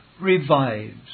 revives